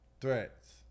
threats